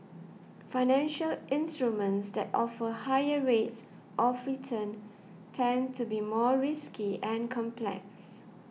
financial instruments that offer higher rates of return tend to be more risky and complex